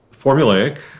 formulaic